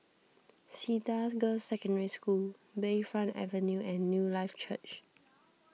Cedar Girls' Secondary School Bayfront Avenue and Newlife Church